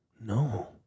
No